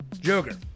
Joker